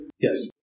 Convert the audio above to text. Yes